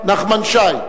חבר הכנסת נחמן שי,